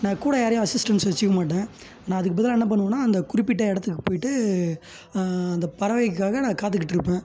நான் கூட யாரையும் அசிஸ்டன்ஸ் வெச்சுக்க மாட்டேன் நான் அதுக்கு பதிலாக என்ன பண்ணுவேன்னால் அந்த குறிப்பிட்ட இடத்துக்கு போயிட்டு அந்த பறவைக்காக நான் காத்துக்கிட்டிருப்பேன்